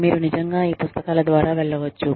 మీరు నిజంగా ఈ పుస్తకాల ద్వారా వెళ్ళవచ్చు